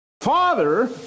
father